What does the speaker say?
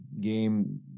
game